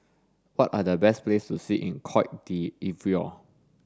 what are the best places to see in Cote d'Ivoire